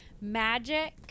magic